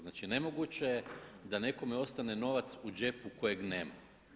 Znači, nemoguće je da nekome ostane novac u džepu kojeg nema.